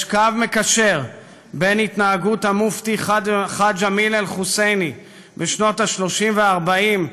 יש קו מקשר בין התנהגות המופתי חאג' אמין אל-חוסייני בשנות ה-30 וה-40,